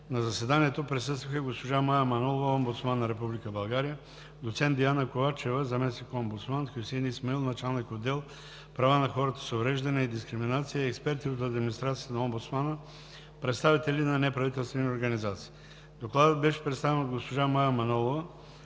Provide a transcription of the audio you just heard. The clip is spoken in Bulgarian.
На заседанието присъстваха: госпожа Мая Манолова – омбудсман на Република България, доцент Диана Ковачева – заместник-омбудсман, Хюсеин Исмаил – началник отдел „Права на хората с увреждания и дискриминация“, експерти от администрацията на омбудсмана, представители на неправителствени организации. Докладът беше представен от госпожа Мая Манолова.